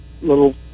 little